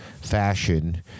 fashion